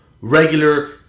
regular